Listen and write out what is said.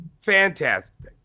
Fantastic